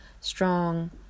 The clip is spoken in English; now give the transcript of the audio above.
strong